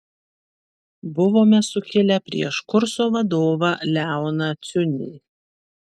buvome sukilę prieš kurso vadovą leoną ciunį